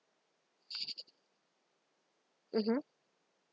mmhmm